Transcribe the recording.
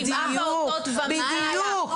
שבעה פעוטות ומעלה,